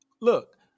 Look